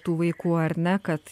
tų vaikų ar ne kad